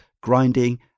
grinding